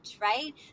right